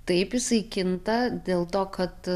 taip jisai kinta dėl to kad